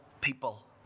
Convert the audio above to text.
people